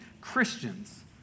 Christians